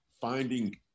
finding